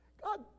God